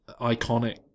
iconic